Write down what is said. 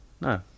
No